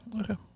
Okay